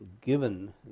given